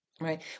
right